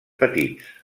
petits